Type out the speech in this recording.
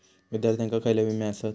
विद्यार्थ्यांका खयले विमे आसत?